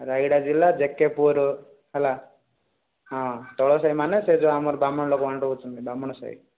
ରାୟଗଡ଼ା ଜିଲ୍ଲା ଯେକେପୁର ହେଲା ହଁ ତଳସାହି ମାନେ ସେହି ଯେଉଁ ଆମର ବ୍ରାହ୍ମଣ ଲୋକ ରହୁଛନ୍ତି ବ୍ରାହ୍ମଣ ସାହି